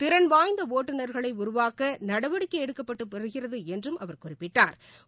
திறன் வாய்ந்த ஒட்டுநா்களை உருவாக்க நடவடிக்கை எடுக்கப்பட்டு வருகிறது என்றும் அவர் குறிப்பிட்டா்